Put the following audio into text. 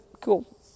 cool